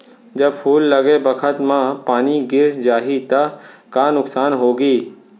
जब फूल लगे बखत म पानी गिर जाही त का नुकसान होगी?